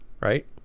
right